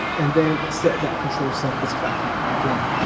and then set that control surface back up again.